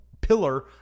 pillar